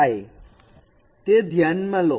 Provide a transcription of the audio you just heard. હવે ને ધ્યાનમાં લો